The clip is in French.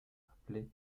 appelée